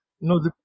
No